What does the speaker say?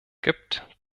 gibt